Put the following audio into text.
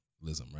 Right